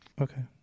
okay